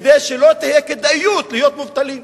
כדי שלא תהיה כדאיות להיות מובטלים,